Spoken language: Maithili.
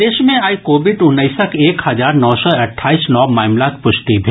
प्रदेश मे आइ कोविड उन्नैसक एक हजार नओ सय अट्ठाईस नव मामिलाक पुष्टि भेल